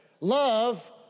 Love